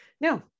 No